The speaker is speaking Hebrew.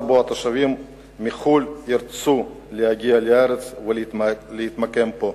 שהתושבים מחו"ל ירצו להגיע לארץ ולהתמקם פה.